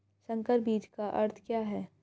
संकर बीज का अर्थ क्या है?